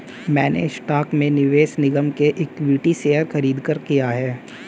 मैंने स्टॉक में निवेश निगम के इक्विटी शेयर खरीदकर किया है